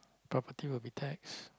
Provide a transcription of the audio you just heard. property will be tax